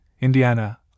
Indiana